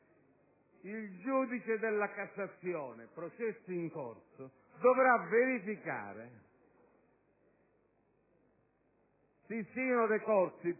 Il giudice della Cassazione, processo in corso, dovrà verificare se siano decorsi